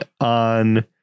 on